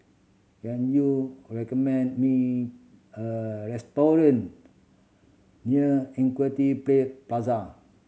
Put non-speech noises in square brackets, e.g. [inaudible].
can you recommend me a restaurant near Equity [unintelligible] Plaza